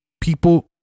people